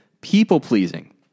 people-pleasing